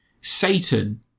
Satan